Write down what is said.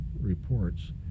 reports